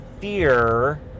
fear